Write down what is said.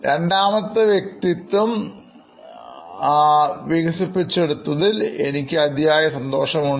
രണ്ടാമത്തെ വ്യക്തിയുടെ വ്യക്തിത്വം വികസിപ്പിച്ചെടുത്ത തിൽ എനിക്ക് അതിയായ സന്തോഷമുണ്ട്